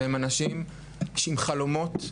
שהם אנשים עם חלומות,